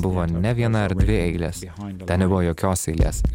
buvo ne viena ar dvi eilės ten nebuvo jokios eilės